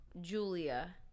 Julia